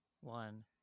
one